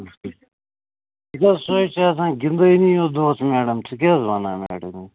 سُہ حظ چھِ آسان گِندٲنی یوت دۄہس میڈَم ژٕ کیٛاہ حظ وَنان